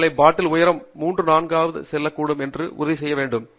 ஒருவேளை பாட்டில் உயரம் மூன்று நான்காவது செல்ல கூடும் என்று உறுதி செய்ய வேண்டும்